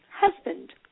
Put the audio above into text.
husband